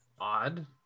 Odd